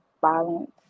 violence